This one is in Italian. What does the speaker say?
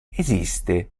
esiste